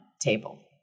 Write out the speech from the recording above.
table